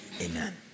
Amen